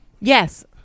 Yes